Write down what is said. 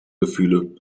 gefühle